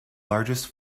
largest